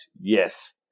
Yes